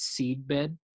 Seedbed